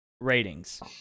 ratings